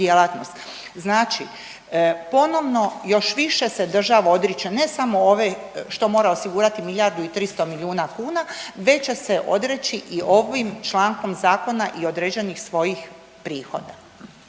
Znači ponovno još više se država odriče, ne samo ove što mora osigurati milijardu i 300 milijuna kuna već će se odreći i ovim člankom zakona i određenih svojih prihoda.